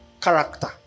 character